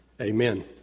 Amen